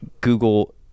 Google